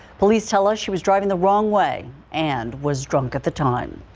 police tell us she was driving the wrong way and was drunk at the time.